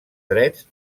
drets